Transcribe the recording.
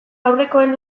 aurrekoen